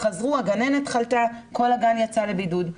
חזרו, הגננת חלתה, כל הגן יצא לבידוד.